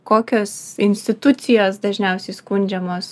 kokios institucijos dažniausiai skundžiamos